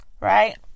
right